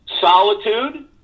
solitude